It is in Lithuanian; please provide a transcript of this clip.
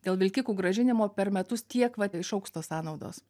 dėl vilkikų grąžinimo per metus tiek vat išaugs tos sąnaudos